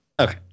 Okay